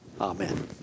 Amen